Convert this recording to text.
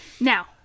Now